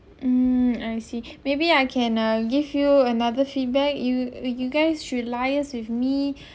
mm I see maybe I can uh give you another feedback you you guys should liaise with me